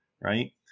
right